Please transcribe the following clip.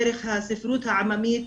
דרך הספרות העממית,